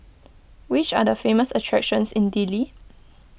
which are the famous attractions in Dili